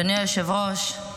אדוני היושב-ראש,